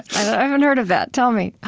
i haven't heard of that. tell me